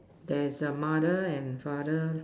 there's a mother and father